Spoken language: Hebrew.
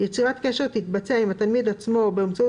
יצירת קשר תתבצע עם התלמיד עצמו או באמצעות